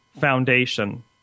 foundation